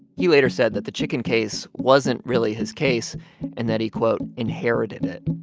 he later said that the chicken case wasn't really his case and that he, quote, inherited it.